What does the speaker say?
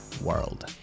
world